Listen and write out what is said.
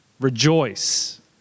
Rejoice